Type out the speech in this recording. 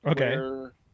okay